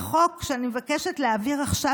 החוק שאני מבקשת להעביר עכשיו,